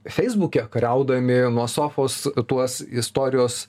feisbuke kariaudami nuo sofos tuos istorijos